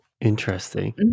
interesting